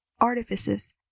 artifices